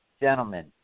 gentlemen